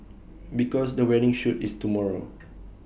because the wedding shoot is tomorrow